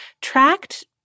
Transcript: tracked